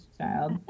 child